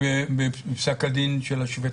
בפסק הדין של השופט